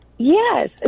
Yes